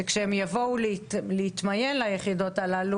שכאשר הם יבואו ליחידות הללו,